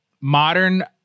modern